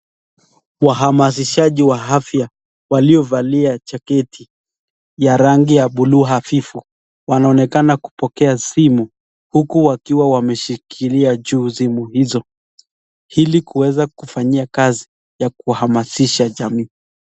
Wahamasishaji wa afya waliovalia jaketi ya rangi ya buluu hafifu, wanaonekana kupokea simu huku wakiwa wameshikilia juu simu hizo ili kuweza kufanyia kazi ya kuwahamasisha jamii.